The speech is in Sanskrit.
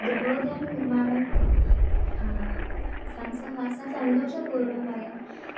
गृहोद्याननिर्माणं स सह सन्तोषपूर्वं वयं